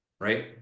right